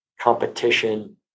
competition